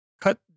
Cut